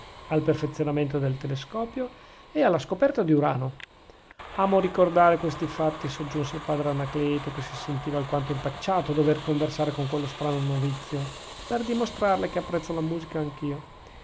al perfezionamento del telescopio e alla scoperta di urano amo ricordare questi fatti soggiunse il padre anacleto che si sentiva alquanto impacciato a dover conversare con quello strano novizio per dimostrarle che apprezzo la musica anch'io